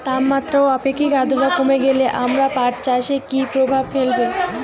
তাপমাত্রা ও আপেক্ষিক আদ্রর্তা কমে গেলে আমার পাট চাষে কী প্রভাব ফেলবে?